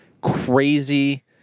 Crazy